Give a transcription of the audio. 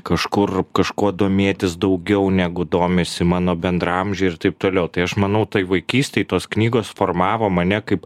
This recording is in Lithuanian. kažkur kažkuo domėtis daugiau negu domisi mano bendraamžiai ir taip toliau tai aš manau toj vaikystėj tos knygos formavo mane kaip